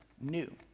new